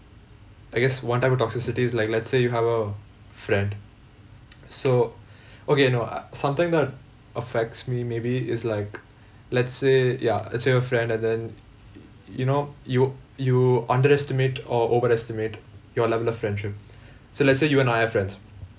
I guess one type of toxicity is like let's say you have a friend so okay no uh something that affects me maybe is like let's say ya let's say your friend and then y~ y~ you know you you underestimate or overestimate your level of friendship so let's say you and I are friends